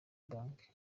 banki